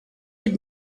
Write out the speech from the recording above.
had